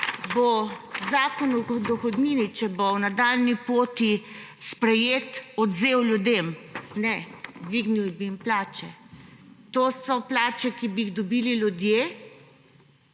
bo zakon o dohodnini, če bo v nadaljnji poti sprejet, odvzel ljudem. Ne, dvignil bi jim plače. To so plače, ki bi jih dobili ljudje,